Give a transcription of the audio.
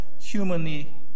humanly